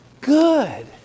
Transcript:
good